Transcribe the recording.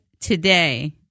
Today